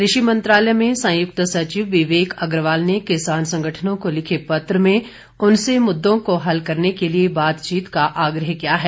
कृषि मंत्रालय में संयुक्त सचिव विवेक अग्रवाल ने किसान संगठनों को लिखे पत्र में उनसे मुद्दों को हल करने के लिए बातचीत का आग्रह किया है